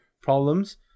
problems